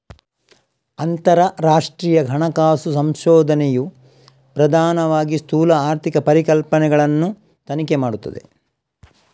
ಅಂತರರಾಷ್ಟ್ರೀಯ ಹಣಕಾಸು ಸಂಶೋಧನೆಯು ಪ್ರಧಾನವಾಗಿ ಸ್ಥೂಲ ಆರ್ಥಿಕ ಪರಿಕಲ್ಪನೆಗಳನ್ನು ತನಿಖೆ ಮಾಡುತ್ತದೆ